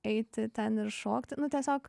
eiti ten ir šokti nu tiesiog